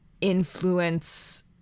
influence